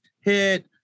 hit